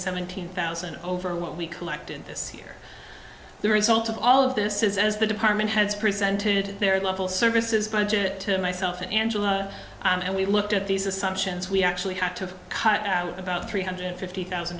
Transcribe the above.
seventeen thousand over what we collected this year the result of all of this is as the department has presented their level services budget to myself and angela and we looked at these assumptions we actually had to cut out about three hundred fifty thousand